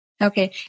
Okay